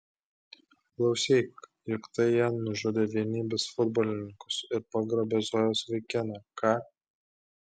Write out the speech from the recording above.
klausyk juk tai jie nužudė vienybės futbolininkus ir pagrobė zojos vaikiną ką